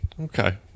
Okay